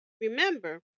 Remember